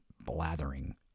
blathering